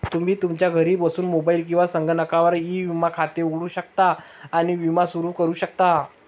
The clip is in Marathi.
तुम्ही तुमच्या घरी बसून मोबाईल किंवा संगणकावर ई विमा खाते उघडू शकता आणि विमा सुरू करू शकता